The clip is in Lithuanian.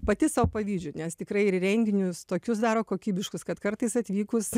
pati sau pavydžiu nes tikrai ir renginius tokius daro kokybiškus kad kartais atvykus